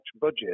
budget